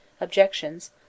objections